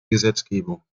gesetzgebung